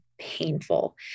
painful